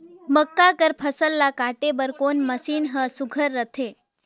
मक्का कर फसल ला काटे बर कोन मशीन ह सुघ्घर रथे?